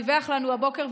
דיווח לנו הבוקר,